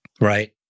Right